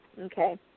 okay